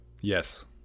Yes